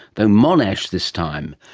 though monash this time.